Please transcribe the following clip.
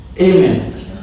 Amen